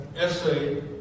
essay